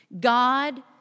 God